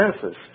senses